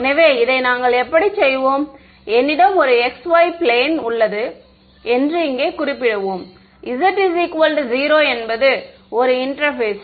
எனவே இதை நாங்கள் எப்படி செய்வோம் என்னிடம் ஒரு xy பிளேன் உள்ளது என்று இங்கே குறிப்பிடுவோம் z 0 என்பது ஒரு இன்டெர்பேஸ்